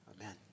Amen